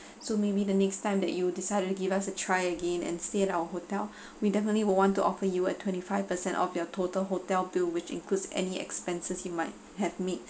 so maybe the next time that you decide to give us a try again and stay at our hotel we definitely will want to offer you a twenty five percent of your total hotel bill which includes any expenses you might have made